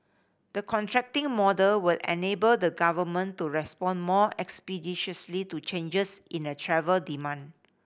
the contracting model will enable the Government to respond more expeditiously to changes in the travel demand